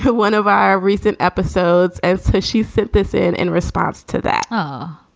one of our recent episodes also, she said this in in response to that um